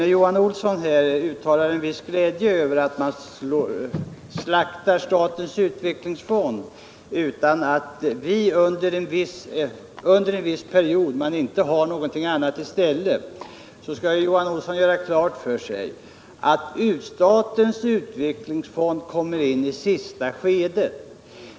När Johan Olsson uttalar glädje över att man slaktar statens utvecklingsfond utan att det under en viss period finns något annat i stället, bör Johan Olsson göra klart för sig att statens utvecklingsfond kommer in i sista skedet.